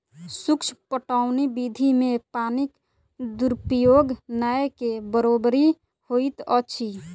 सूक्ष्म पटौनी विधि मे पानिक दुरूपयोग नै के बरोबरि होइत अछि